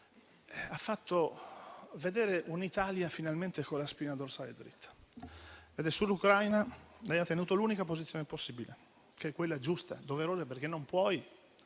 ha fatto vedere un'Italia finalmente con la spina dorsale dritta. Sull'Ucraina, lei ha tenuto l'unica posizione possibile, quella giusta e doverosa. Non è